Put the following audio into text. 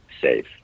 safe